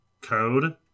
code